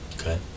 Okay